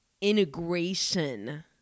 integration